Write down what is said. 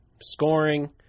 scoring